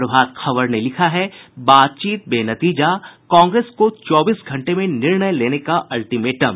प्रभात खबर ने लिखा है बातचीत बेनतीजा कांग्रेस को चौबीस घंटे में निर्णय लेने का अल्टीमेटम